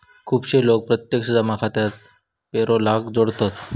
खुपशे लोक प्रत्यक्ष जमा खात्याक पेरोलाक जोडतत